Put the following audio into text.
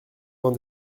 dans